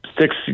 six